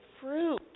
fruit